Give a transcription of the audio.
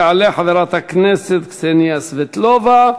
תעלה חברת הכנסת קסניה סבטלובה,